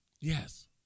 Yes